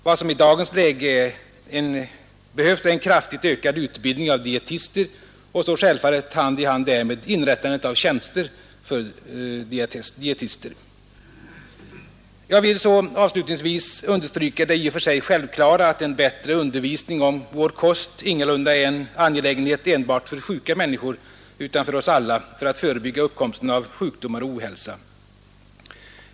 Vad som i dagens läge behövs är en kraftigt ökad utbildning av dietister, och så självfallet hand i hand därmed inrättandet av tjänster som dietister. Jag vill så avslutningsvis understryka det i och för sig självklara att en bättre undervisning om vår kost ingalunda är en angelägenhet enbart för sjuka människor, utan för oss alla, för att förebygga uppkomsten av sjukdomar och ohälsa.